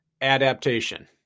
adaptation